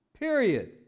period